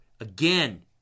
again